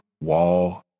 Wall